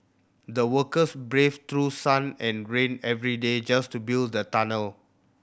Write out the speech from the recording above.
the workers braved through sun and rain every day just to build the tunnel